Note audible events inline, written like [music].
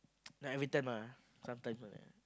[noise] not everytime lah sometimes only ah